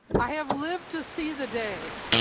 i have lived to see the day